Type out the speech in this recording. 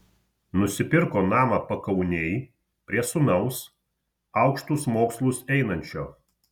nusipirko namą pakaunėj prie sūnaus aukštus mokslus einančio